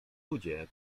ludzie